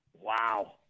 Wow